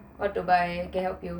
what to buy I can help you